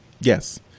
Yes